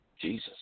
Jesus